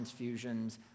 transfusions